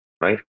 right